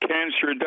Cancer